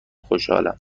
خوشحالم